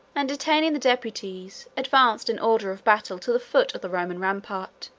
and detaining the deputies, advanced in order of battle to the foot of the roman rampart,